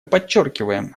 подчеркиваем